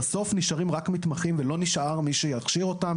בסוף נשארים רק מתמחים ולא נשאר מי שיכשיר אותם,